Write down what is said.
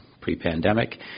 pre-pandemic